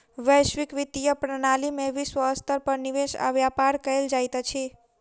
वैश्विक वित्तीय प्रणाली में विश्व स्तर पर निवेश आ व्यापार कयल जाइत अछि